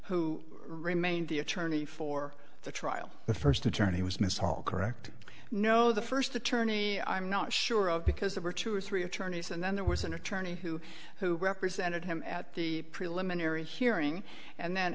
who remained the attorney for the trial the first attorney was mr hall correct no the first attorney i'm not sure of because there were two or three attorneys and then there was an attorney who who represented him at the preliminary hearing and then